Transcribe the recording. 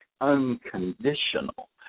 unconditional